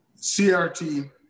CRT